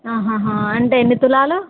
అంటే ఎన్ని తులాలు